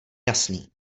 jasný